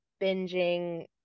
binging